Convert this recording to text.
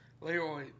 Leroy